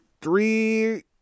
three